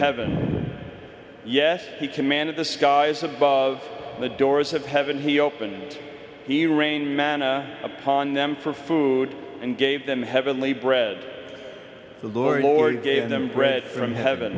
heaven yes he commanded the skies above the doors of heaven he opened the rain manna upon them for food and gave them heavenly bread the lord for he gave them bread from heaven